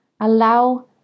allow